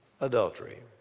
adultery